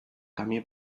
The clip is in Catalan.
camí